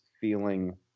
feeling